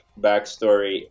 backstory